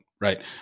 right